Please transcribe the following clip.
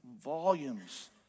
volumes